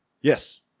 Yes